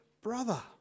brother